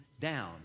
down